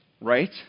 right